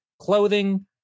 Clothing